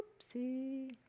Oopsie